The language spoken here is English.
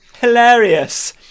Hilarious